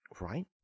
right